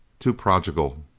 too prodigal.